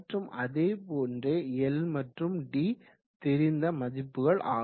மற்றும் அதேபோன்றே L மற்றும் d தெரிந்த மதிப்புகள் ஆகும்